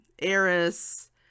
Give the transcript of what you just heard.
Eris